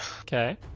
Okay